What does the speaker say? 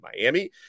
Miami